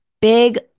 big